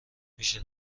میشه